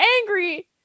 angry